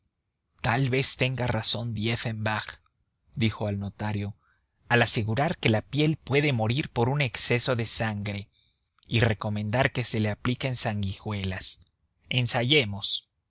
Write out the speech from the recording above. tal vez tenga razón dieffembach dijo al notario al asegurar que la piel puede morir por un exceso de sangre y recomendar que se le apliquen sanguijuelas ensayemos